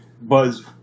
buzz